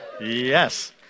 Yes